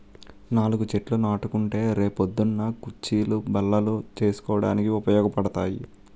నాలుగు చెట్లు నాటుకుంటే రే పొద్దున్న కుచ్చీలు, బల్లలు చేసుకోడానికి ఉపయోగపడతాయి